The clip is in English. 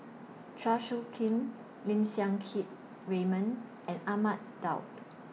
Chua Soo Khim Lim Siang Keat Raymond and Ahmad Daud